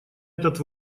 этот